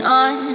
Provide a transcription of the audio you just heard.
on